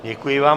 Děkuji vám.